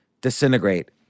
disintegrate